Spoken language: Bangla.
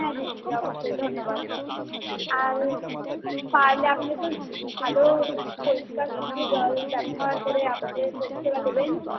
হ্যাঁ দিদি অবশ্যই ধন্যবাদ আর পারলে আপনি একটু ভালো পরিষ্কার শুদ্ধ জল ব্যবহার করে আমাদের পরিষেবা দেবেন